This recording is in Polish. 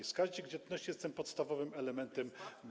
Wskaźnik dzietności jest tym podstawowym elementem.